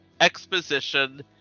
Exposition